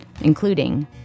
including